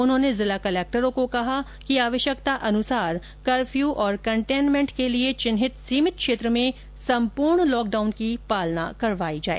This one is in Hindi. उन्होंने जिला कलेक्टरों को निर्देश दिए कि आवश्यकतानुसार कफ्र्यू और कन्टेमेन्ट के लिए चिन्हित सीमित क्षेत्र में सम्पूर्ण लॉकडाउन की पालना करवाई जाए